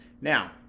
Now